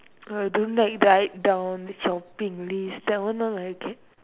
ah don't like write down shopping list that one now I get